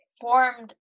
formed